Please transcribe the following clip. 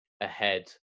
ahead